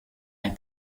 ein